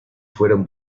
fueron